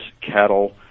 cattle